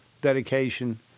dedication